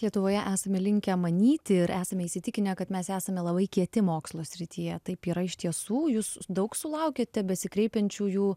lietuvoje esame linkę manyti ir esame įsitikinę kad mes esame labai kieti mokslo srityje taip yra iš tiesų jūs daug sulaukiate besikreipiančiųjų